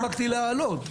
לא הספקתי להעלות,